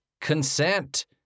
consent